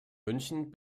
münchen